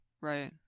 Right